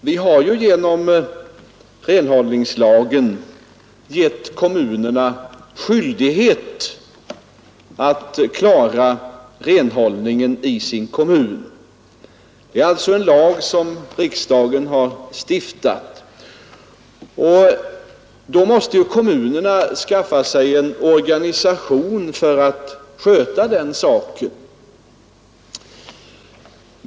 Herr talman! Vi har genom renhållningslagen gett kommunerna skyldighet att klara renhållningen. Denna lag har alltså riksdagen stiftat. Kommunerna måste då skaffa sig en organisation för att sköta denna angelägenhet.